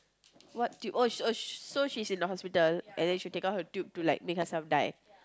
what tube oh she oh she so she's in the hospital and then she will like take out her tube to like make herself die